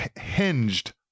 hinged